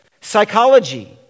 psychology